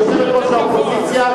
יושבת-ראש האופוזיציה,